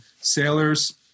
sailors